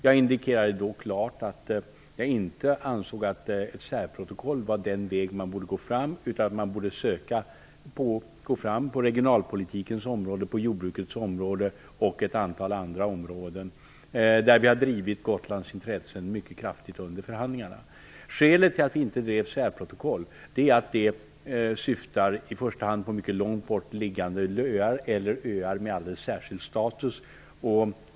Jag indikerade då klart att jag inte ansåg att ett särprotokoll var den väg man borde gå, utan att man borde söka gå fram på regionalpolitikens, jordbrukets och ett antal andra områden där vi har drivit Gotlands intressen mycket kraftigt under förhandlingarna. Skälet till att vi inte drev kravet på ett särprotokoll är att ett sådant i första hand syftar på mycket långt bort liggande öar eller på öar med särskild status.